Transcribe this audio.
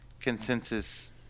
consensus